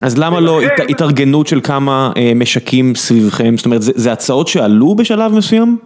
אז למה לא התארגנות של כמה משקים סביבכם, זאת אומרת זה הצעות שעלו בשלב מסוים?